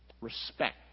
Respect